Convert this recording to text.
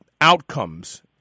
outcomes